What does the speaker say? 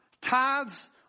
Tithes